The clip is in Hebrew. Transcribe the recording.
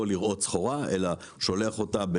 סחורה להראות, אלא שולח אותה,